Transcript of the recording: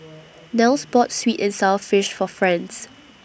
Nels bought Sweet and Sour Fish For Franz